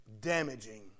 Damaging